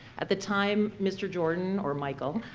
at the time, mr. jordan, or michael,